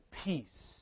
peace